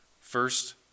first